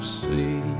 see